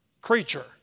creature